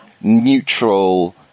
neutral